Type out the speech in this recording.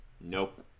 Nope